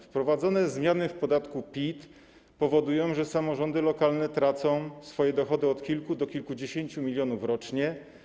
Wprowadzone zmiany w podatku PIT powodują, że samorządy lokalne tracą swoje dochody: od kilku do kilkudziesięciu milionów rocznie.